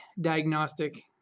diagnostic